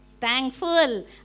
thankful